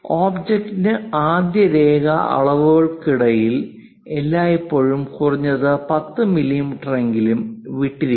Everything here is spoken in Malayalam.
ഒബ്ജക്റ്റിനും ആദ്യത്തെ രേഖ അളവുകൾക്കുമിടയിൽ എല്ലായ്പ്പോഴും കുറഞ്ഞത് 10 മില്ലീമീറ്ററെങ്കിലും വിട്ടിരിക്കണം